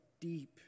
deep